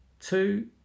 Two